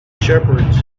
shepherds